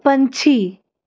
ਪੰਛੀ